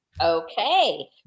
Okay